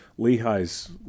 Lehi's